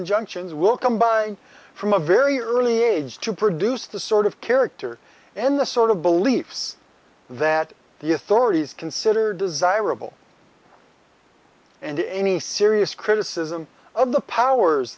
injunctions will come by from a very early age to produce the sort of character and the sort of beliefs that the authorities consider desirable and any serious criticism of the powers